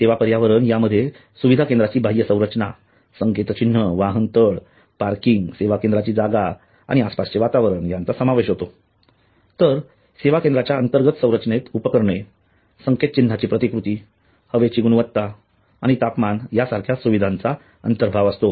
सेवा पर्यावरण या मध्ये सुविधा केंद्राची बाह्य संरचना संकेतचिन्ह वाहनतळ पार्किंग सेवा केंद्राची जागा आणि आसपासचे वातावरण यांचा समावेश होतो तर सेवा केंद्राच्या अंतर्गत संरचनेत उपकरणे संकेत चिन्हाची प्रतिकृती हवेची गुणवत्ता आणि तापमान यासारख्या सुविधाचा अंतर्भाव असतो